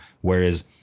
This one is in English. whereas